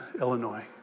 Illinois